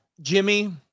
Jimmy